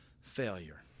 failure